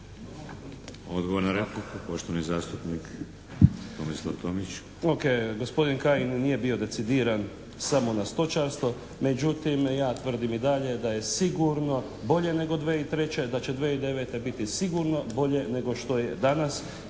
Odgovor na repliku, poštovani zastupnik Tomislav Tomić. **Tomić, Tomislav (HDZ)** Ok. Gospodin Kajin nam nije bio decidiran samo na stočarstvo međutim ja tvrdim i dalje da je sigurno bolje nego 2003., da će 2009. biti sigurno bolje nego što je danas